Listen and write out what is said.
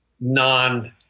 non